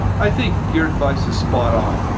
i think your advice is spot on.